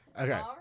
Okay